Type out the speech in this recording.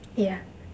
yeah